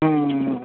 अँ